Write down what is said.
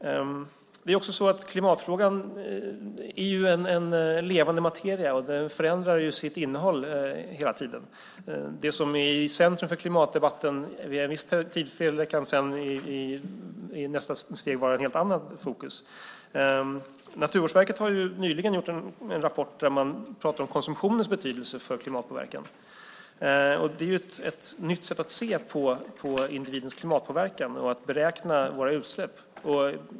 Klimatfrågan är ju levande materia som hela tiden förändrar sitt innehåll. Det som är i centrum för klimatdebatten vid ett visst tillfälle kan i nästa steg vara något helt annat. Naturvårdsverket har nyligen kommit med en rapport där man pratar om konsumtionens betydelse för klimatpåverkan. Det är ett nytt sätt att se på individens klimatpåverkan och beräkna utsläppen.